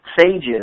sages